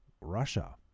Russia